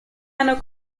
hanno